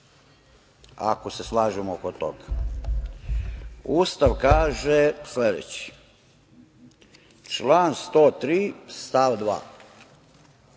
ako se slažemo oko toga. Ustav kaže sledeće, član 103. stav 2.